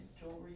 jewelry